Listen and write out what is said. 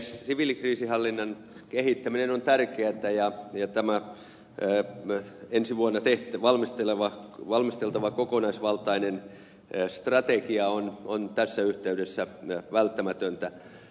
siviilikriisinhallinnan kehittäminen on tärkeätä ja tämä ensi vuonna valmisteltava kokonaisvaltainen strategia on tässä yhteydessä välttämätön